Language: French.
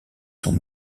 sont